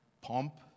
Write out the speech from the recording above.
pump